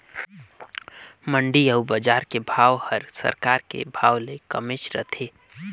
मंडी अउ बजार के भाव हर सरकार के भाव ले कमेच रथे